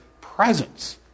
presence